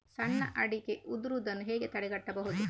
ಸಣ್ಣ ಅಡಿಕೆ ಉದುರುದನ್ನು ಹೇಗೆ ತಡೆಗಟ್ಟಬಹುದು?